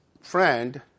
friend